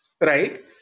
right